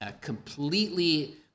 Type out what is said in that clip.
completely